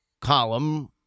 column